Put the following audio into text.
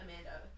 Amanda